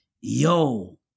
Yo